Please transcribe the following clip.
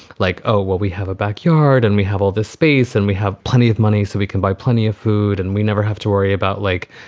like, oh, well, we have a back yard and we have all this space and we have plenty of money so we can buy plenty of food. and we never have to worry about like,